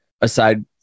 aside